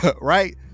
right